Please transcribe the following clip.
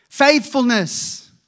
Faithfulness